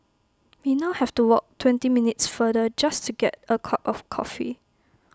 we now have to walk twenty minutes further just to get A cup of coffee